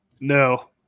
no